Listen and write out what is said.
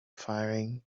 firing